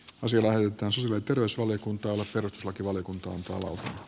tosi väsynyt terveysvaliokunta ovat perustuslakivaliokunta koulutuksista